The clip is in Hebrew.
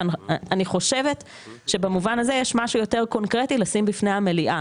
ואני חושבת שבמובן הזה יש משהו יותר קונקרטי לשים בפני המליאה.